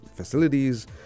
facilities